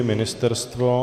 Ministerstvo?